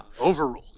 overruled